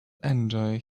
enjoy